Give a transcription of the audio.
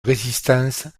résistance